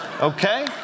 Okay